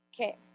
Okay